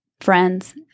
friends